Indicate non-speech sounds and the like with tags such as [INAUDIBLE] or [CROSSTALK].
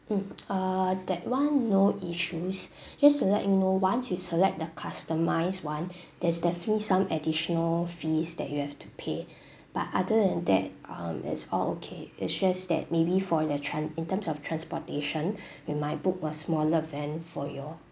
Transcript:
mm uh that [one] no issues [BREATH] just to let you know once you select the customized [one] there's definitely some additional fees that you have to pay but other than that um it's all okay it's just that maybe for the trans~ in terms of transportation [BREATH] you might book a smaller van for your